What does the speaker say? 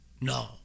No